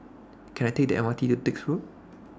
Can I Take The M R T to Dix Road